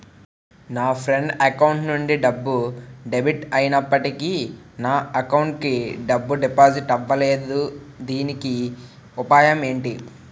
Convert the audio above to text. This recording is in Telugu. నా ఫ్రెండ్ అకౌంట్ నుండి డబ్బు డెబిట్ అయినప్పటికీ నా అకౌంట్ కి డబ్బు డిపాజిట్ అవ్వలేదుదీనికి ఉపాయం ఎంటి?